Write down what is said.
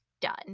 done